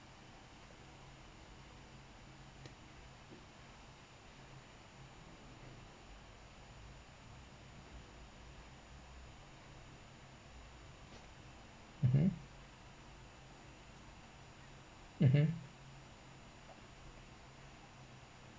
mmhmm mmhmm